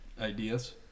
ideas